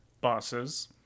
bosses